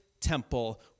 temple